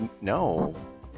No